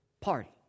Party